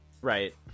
right